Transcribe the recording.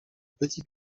petit